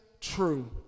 true